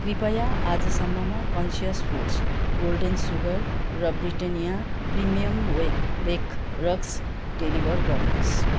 कृपया आजसम्ममा conscious foods golden sugar र Britannia premium bake bake rusks deliver गर्नुहोस्